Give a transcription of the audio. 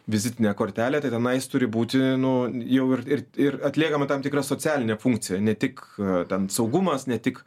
vizitinė kortelė tenai jis turi būti nu jau ir ir ir atliekama tam tikra socialinė funkcija ne tik ten saugumas ne tik